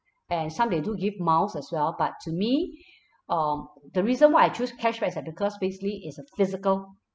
and some they do give miles as well but to me um the reason why I choose cashback is that because basically it's a physical